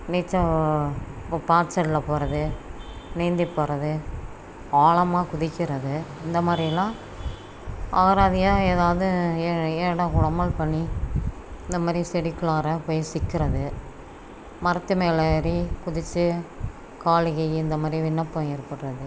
நீச்சல் இப்போ பாய்ச்சல்ல போகிறது நீந்திப் போகிறது ஆழமா குதிக்கிறது இந்த மாதிரியெல்லாம் அகராதியாக ஏதாவது ஏ ஏடா கூடமாக பண்ணி இந்த மாதிரி செடிக்குள்ளார போய் சிக்கிறது மரத்தில் மேலே ஏறி குதித்து கால் கை இந்த மாதிரி விண்ணப்பம் ஏற்படுறது